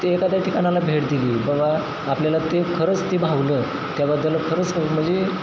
ते एखाद्या ठिकाणाला भेट दिली बाबा आपल्याला ते खरंच ते भावलं त्याबद्दल खरंच म्हणजे